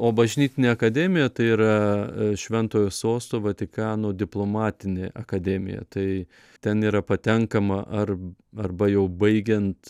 o bažnytinė akademija tai yra šventojo sosto vatikano diplomatinė akademija tai ten yra patenkama ar arba jau baigiant